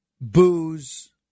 Booze